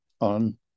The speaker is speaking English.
on